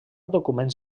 documents